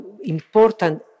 important